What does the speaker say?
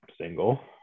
single